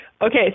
Okay